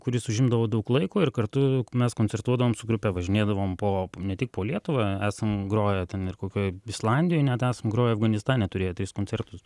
kuris užimdavo daug laiko ir kartu mes koncertuodavom su grupe važinėdavom po ne tik po lietuvą esam groję ten ir kokioj islandijoj net esam groję afganistane turėję tris koncertus